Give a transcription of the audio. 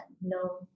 no